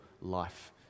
life